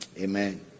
Amen